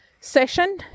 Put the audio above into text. session